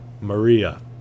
Maria